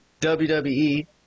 WWE